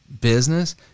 business